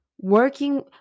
working